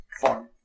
farm